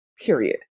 period